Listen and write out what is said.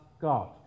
God